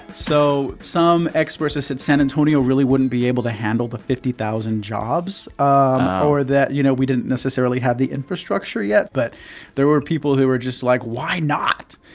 so some experts said san antonio really wouldn't be able to handle fifty thousand jobs um ah or that, you know, we didn't necessarily have the infrastructure yet. but there were people who were just like, why not?